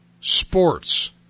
sports